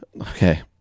Okay